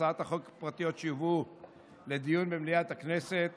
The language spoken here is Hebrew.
הצעות חוק פרטיות שיובאו לדיון במליאת הכנסת